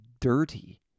dirty